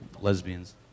lesbians